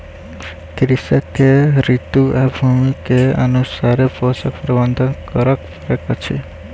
कृषक के ऋतू आ भूमि के अनुसारे पोषक प्रबंधन करअ पड़ैत अछि